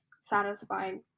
satisfied